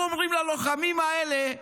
אנחנו אומרים ללוחמים האלה: